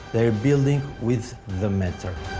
their buildings with the meter.